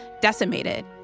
decimated